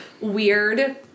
weird